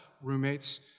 roommates